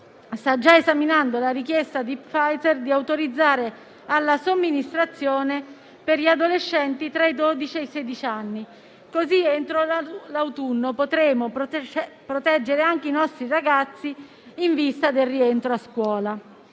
sta già esaminando la richiesta di Pfizer di autorizzare la somministrazione per gli adolescenti tra i dodici e i sedici anni, così entro l'autunno potremo proteggere anche i nostri ragazzi in vista del rientro a scuola.